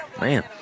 Man